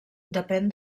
depèn